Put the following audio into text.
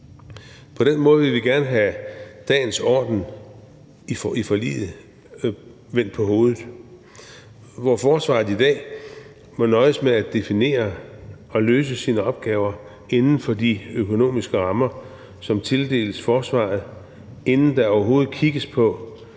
På den måde vil vi gerne have dagens orden i forliget vendt på hovedet – hvor forsvaret i dag må nøjes med at definere og løse sine opgaver inden for de økonomiske rammer, som tildeles forsvaret, inden der overhovedet kigges på,